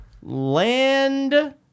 Land